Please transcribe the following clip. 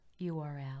url